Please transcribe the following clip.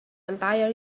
entire